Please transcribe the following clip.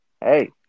Hey